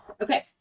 Okay